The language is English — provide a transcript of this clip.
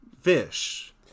fish